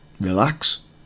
relax